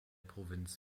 provinz